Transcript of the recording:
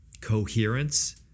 coherence